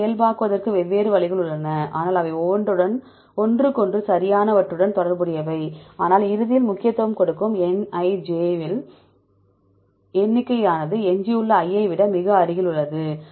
எனவே இயல்பாக்குவதற்கு வெவ்வேறு வழிகள் உள்ளன ஆனால் அவை ஒன்றுக்கொன்று சரியானவற்றுடன் தொடர்புடையவை ஆனால் இறுதியில் முக்கியத்துவம் கொடுக்கும் Nij எண்ணிக்கையானது எஞ்சியுள்ள i ஐ விட மிக அருகில் உள்ளது